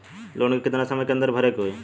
Loan के कितना समय के अंदर भरे के होई?